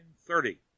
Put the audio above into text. thirty